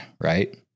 right